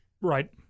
Right